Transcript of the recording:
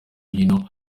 hino